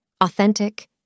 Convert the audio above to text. Authentic